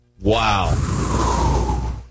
Wow